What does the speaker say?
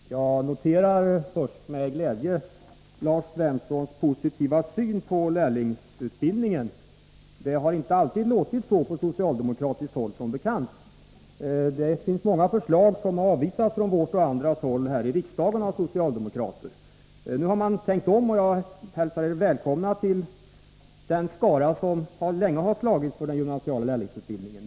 Fru talman! Jag noterar först med glädje Lars Svenssons positiva syn på lärlingsutbildningen. Det har inte alltid låtit så från socialdemokratiskt håll, som bekant. Många förslag från vårt och andra håll har avvisats här i riksdagen av socialdemokraterna. Nu har de tänkt om, och jag hälsar dem välkomna till den skara som länge har slagits för den gymnasiala lärlingsutbildningen.